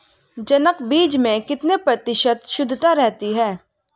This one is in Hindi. जनक बीज में कितने प्रतिशत शुद्धता रहती है?